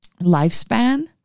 Lifespan